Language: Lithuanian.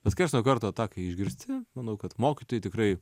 bet karts nuo karto tą kai išgirsti manau kad mokytojui tikrai